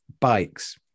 bikes